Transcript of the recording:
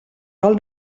cal